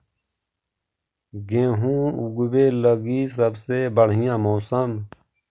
गेहूँ ऊगवे लगी सबसे बढ़िया मौसम?